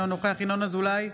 אינו נוכח ינון אזולאי,